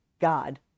God